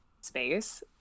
space